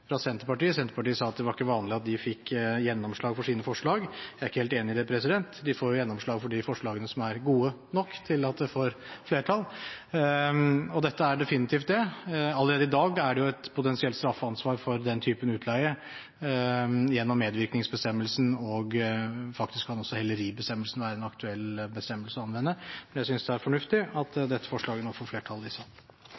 fra Senterpartiet er bra. Senterpartiet sa at det ikke var vanlig at de fikk gjennomslag for sine forslag. Jeg er ikke helt enig i det. De får gjennomslag for de forslagene som er gode nok til at de får flertall, og dette er definitivt det. Allerede i dag er det jo et potensielt straffansvar for den typen utleie gjennom medvirkningsbestemmelsen, og faktisk kan også heleribestemmelsen være en aktuell bestemmelse å anvende. Jeg synes det er fornuftig at dette forslaget nå får flertall i salen.